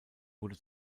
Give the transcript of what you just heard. wurde